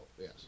yes